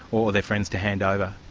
or their friends to hand over.